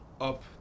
up